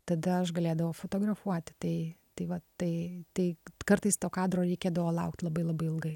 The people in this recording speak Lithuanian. tada aš galėdavau fotografuoti tai tai va tai tai kartais to kadro reikėdavo laukt labai labai ilgai